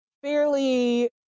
fairly